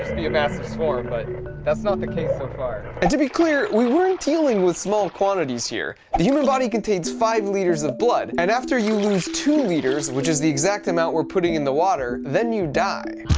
be a massive swarm but that's not the case so far and to be clear we weren't dealing with small quantities here the human body contains five liters of blood and after you use two liters, which is the exact amount. we're putting in the water then you die